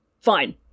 Fine